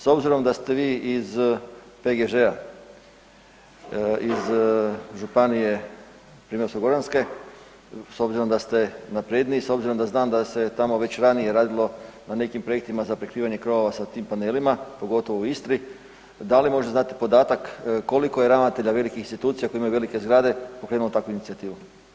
S obzirom da ste vi iz PGŽ-a iz županija Primorsko-goranske, s obzirom da ste napredniji i s obzirom da znam da se tamo već ranije radilo na nekim projektima za prekrivanje krovova sa tim panelima, pogotovo u Istri, da li možda znate podatak koliko je ravnatelja velikih institucija koji imaju velike zgrade pokrenulo takvu inicijativu?